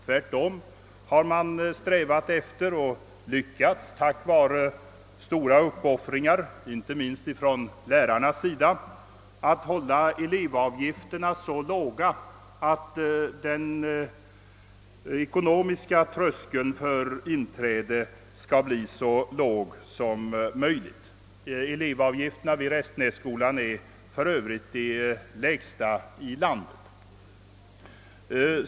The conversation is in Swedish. Tvärtom har man strävat efter — och lyckats med det tack vare stora uppoffringar från inte minst lärarnas sida — att hålla elevavgifterna nere på sådan nivå att den ekonomiska tröskeln för inträde skall bli så låg som möjligt. Elevavgifterna vid Restenässkolan är för övrigt de lägsta i landet.